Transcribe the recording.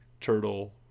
Turtle